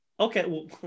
Okay